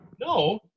No